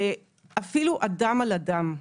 אפילו אדם על אדם.